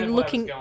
looking